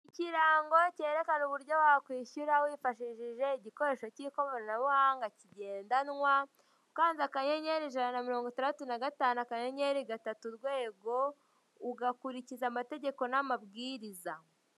Ikirango cyerekana uburyo wakwishyura ukoresheje igikoresho k'ikoranabuhanga kigendanwa ukanda akanyenyeri ijana na mirongo itandatu na gatanu akanyenyerigatatu urwego ugakurikiza amategeko n'amabwiriza.